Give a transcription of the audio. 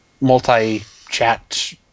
multi-chat